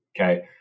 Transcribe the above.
okay